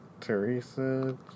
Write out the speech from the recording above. Teresa